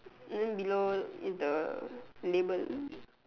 then below is the label